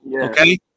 okay